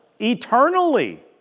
eternally